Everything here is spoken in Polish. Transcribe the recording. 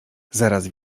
zaraz